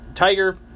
Tiger